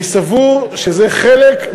אני סבור שזה חלק,